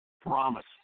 promise